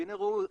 והנה ראו,